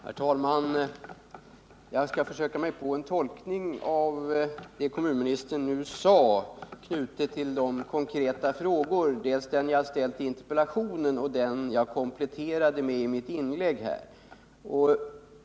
Herr talman! Jag skall försöka mig på en tolkning av vad kommunministern nu sade, knutet till konkreta frågor, dels den jag har ställt i interpellationen, dels den jag kompletterade med i mitt inlägg.